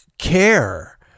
care